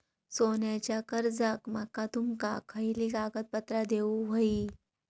सोन्याच्या कर्जाक माका तुमका खयली कागदपत्रा देऊक व्हयी?